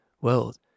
world